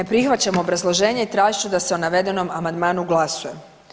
Ne prihvaćam obrazloženje i tražit ću da se o navedenom amandmanu glasuju.